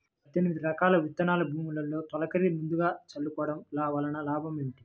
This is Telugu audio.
పద్దెనిమిది రకాల విత్తనాలు భూమిలో తొలకరి ముందుగా చల్లుకోవటం వలన లాభాలు ఏమిటి?